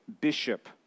bishop